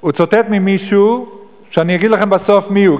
הוא ציטט ממישהו שאני אגיד לכם בסוף מיהו,